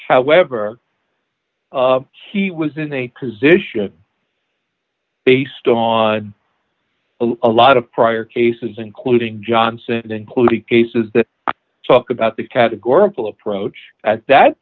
however he was in the position based on a lot of prior cases including johnson including cases that talk about the categorical approach at that